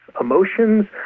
Emotions